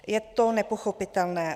Je to nepochopitelné.